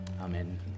Amen